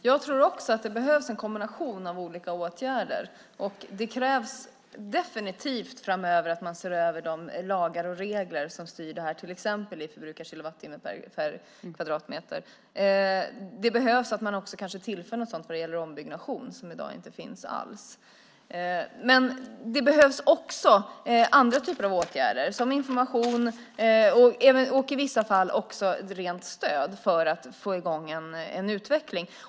Herr talman! Också jag tror att det behövs en kombination av olika åtgärder, och det krävs definitivt att man framöver ser över de lagar och regler som styr detta, till exempel i förbrukad kilowattimme per kvadratmeter. Det behöver kanske även tillföras något sådant vad gäller ombyggnation, vilket ju inte finns alls i dag. Men det behövs också andra typer av åtgärder såsom information och i vissa fall i form av ett rent stöd för att få i gång en utveckling.